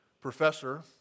professor